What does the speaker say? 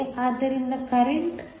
ಆದ್ದರಿಂದ ಕರೆಂಟ್0